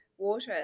Water